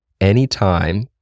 anytime